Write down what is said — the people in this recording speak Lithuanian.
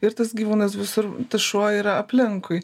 ir tas gyvūnas visur tas šuo yra aplinkui